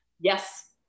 Yes